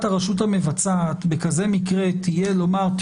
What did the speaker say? הרשות המבצעת במקרה כזה תהיה לומר,